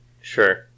Sure